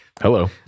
Hello